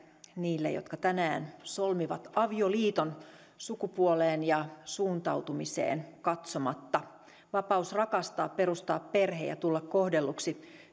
niille jotka tänään solmivat avioliiton sukupuoleen ja suuntautumiseen katsomatta vapaus rakastaa perustaa perhe ja tulla kohdelluksi